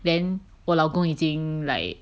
then 我老公已经 like